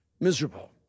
miserable